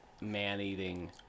man-eating